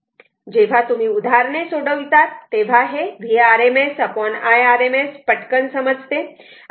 जेव्हा तुम्ही उदाहरणे सोडवितात तेव्हा Vrms Irms पटकन समजते